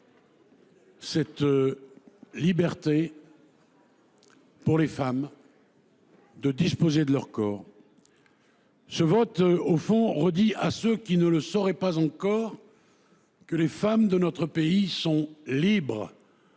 Constitution la liberté des femmes à disposer de leur corps. Ce vote, au fond, redit, à ceux qui ne le sauraient pas encore, que les femmes de notre pays sont libres.